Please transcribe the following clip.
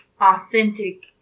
authentic